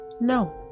no